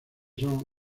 son